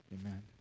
Amen